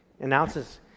announces